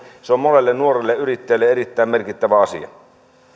se on monelle nuorelle yrittäjälle erittäin merkittävä asia